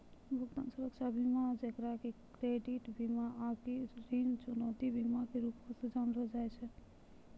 भुगतान सुरक्षा बीमा जेकरा कि क्रेडिट बीमा आकि ऋण चुकौती बीमा के रूपो से जानलो जाय छै